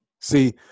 See